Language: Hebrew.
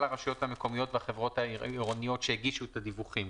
הרשויות המקומיות והחברות העירוניות שהגישו את הדיווחים.